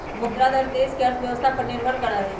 मुद्रा दर देश के अर्थव्यवस्था पर निर्भर करा हई